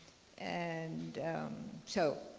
and so,